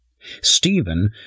Stephen